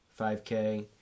5K